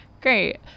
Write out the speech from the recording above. Great